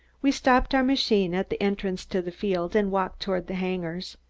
we stopped our machine at the entrance to the field and walked toward the hangars.